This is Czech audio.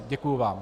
Děkuji vám.